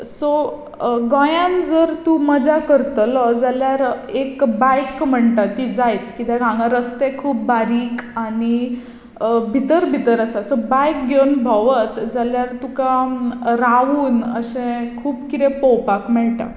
so गोंयांत जर तूं मजा करतलो जाल्यार एक बायक म्हणटा ती जायत किद्याक हांगा रस्ते खूब बारीक आनी भितर भितर आसा सो बायक घेवन भोंवत जाल्यार तुका रावून अशें खूब किदें पळोवपाक मेळटा